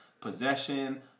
possession